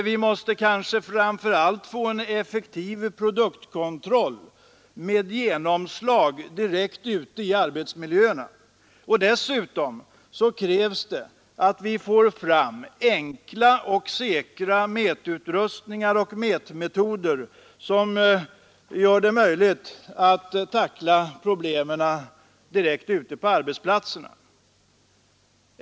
Vi måste kanske framför allt få en effektiv produktkontroll med genomslag direkt i arbetsmiljöerna. Dessutom krävs att vi får fram enkla och säkra mätutrustningar och mätmetoder, som gör det möjligt att tackla problemen direkt ute på arbetsplatserna.